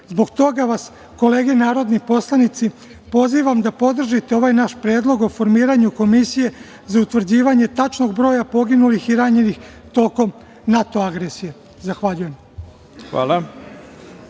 Zbog toga vas, kolege narodni poslanici, pozivam da podržite ovaj naš Predlog o formiranju komisije za utvrđivanje tačnog broja poginulih i ranjenih tokom NATO agresije. Zahvaljujem. **Ivica